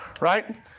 right